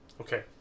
Okay